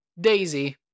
Daisy